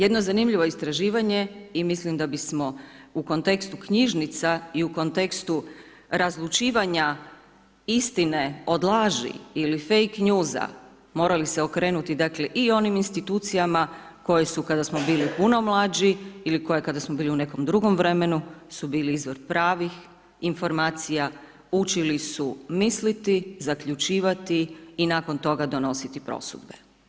Jedno zanimljivo istraživanje i mislim da bismo u kontekstu knjižnica i u kontekstu razlučivanja istine od laži ili fake newsa morali se okrenuti dakle i onim institucijama koje su kada smo bili puno mlađi ili koje kada smo bili u nekom drugom vremenu su bili izvor pravih informacija, učili su misliti, zaključivati i nakon toga donositi prosudbe.